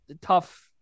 tough